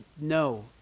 no